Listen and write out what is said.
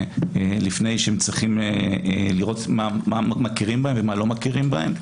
לפני שהם צריכים לראות מה מכירים בהם ומה לא מכירים בהם.